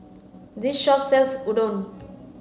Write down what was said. this shop sells Udon